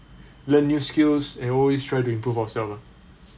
learn new skills and always try to improve ourselves lah